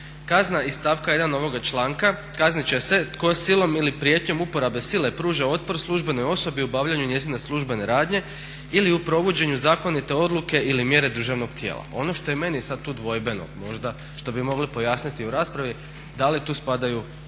"Kazna iz stavka 1. ovoga članka kaznit će se tko silom ili prijetnjom uporabe sile pruža otpor službenoj osobi u obavljanju njezine službene radnje ili u provođenju zakonite odluke ili mjere državnog tijela." Ono što je meni sad tu dvojbeno, možda što bi mogli pojasniti u raspravi da li tu spadaju i